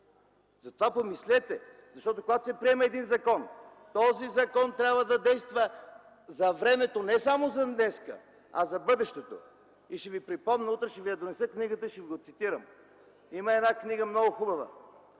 за това помислете, защото, когато се приема един закон, той трябва да действа за времето не само за днеска, а за бъдещето. Ще ви припомня, утре ще ви донеса книгата и ще ви го цитирам. Има много хубава